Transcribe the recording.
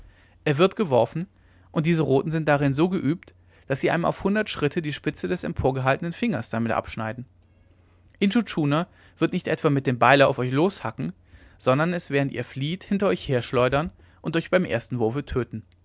er wird geworfen und diese roten sind darin so geübt daß sie einem auf hundert schritte die spitze des emporgehaltenen fingers damit abschneiden intschu tschuna wird nicht etwa mit dem beile auf euch loshacken sondern es während ihr flieht hinter euch her schleudern und euch beim ersten wurfe töten